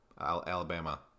Alabama